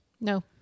No